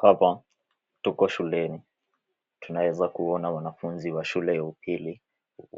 Hapa, tuko shuleni. Tunaeza kuona wanafunzi wa shule ya upili,